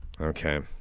Okay